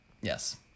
Yes